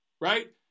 right